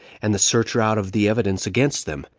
and the searcher out of the evidence against them,